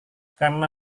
karena